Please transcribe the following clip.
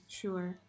sure